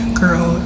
girl